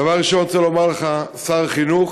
דבר ראשון, אני רוצה לומר לך, שר החינוך,